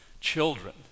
Children